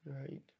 Right